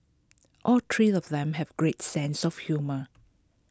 all three of them have great sense of humour